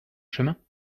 chemin